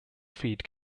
feed